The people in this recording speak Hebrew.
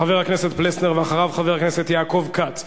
חבר הכנסת פלסנר, ואחריו, חבר הכנסת יעקב כץ.